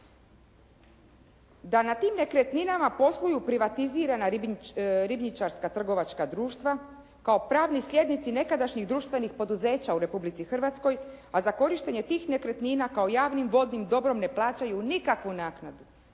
da na tim nekretninama posluju privatizirana ribničarska trgovačka društva kao pravni sljednici nekadašnjih društvenih poduzeća u Republici Hrvatskoj a za korištenje tih nekretnina kao javnim vodnim dobrom ne plaćaju nikakvu naknadu